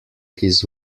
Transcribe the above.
his